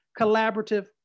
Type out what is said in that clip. collaborative